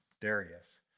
Darius